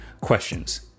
questions